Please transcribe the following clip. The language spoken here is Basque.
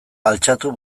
altxatu